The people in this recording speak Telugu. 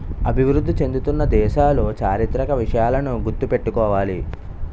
అభివృద్ధి చెందుతున్న దేశాలు చారిత్రక విషయాలను గుర్తు పెట్టుకోవాలి